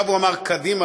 ועכשיו הוא אמר: קדימה,